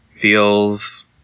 feels